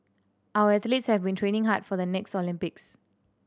our athletes have been training hard for the next Olympics